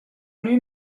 lui